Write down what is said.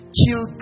kill